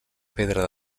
pedra